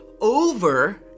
over